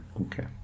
Okay